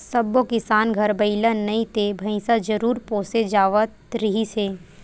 सब्बो किसान घर बइला नइ ते भइसा जरूर पोसे जावत रिहिस हे